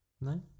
No